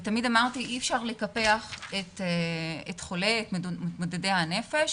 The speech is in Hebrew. ותמיד אמרתי שאי אפשר לקפח את מתמודדי הנפש,